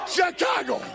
Chicago